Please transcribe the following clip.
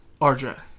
RJ